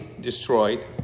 destroyed